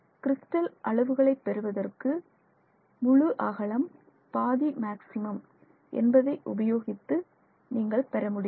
crystal அளவுகளை பெறுவதற்கு முழு அகலம் பாதி மேக்ஸிமம் என்பதை உபயோகித்து நீங்கள் பெற முடியும்